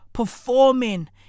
Performing